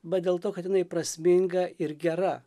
bet dėl to kad jinai prasminga ir gera